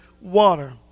water